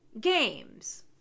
games